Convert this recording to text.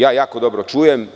Jako dobro čujem.